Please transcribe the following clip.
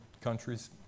countries